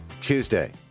Tuesday